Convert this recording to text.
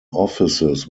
offices